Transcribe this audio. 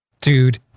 Dude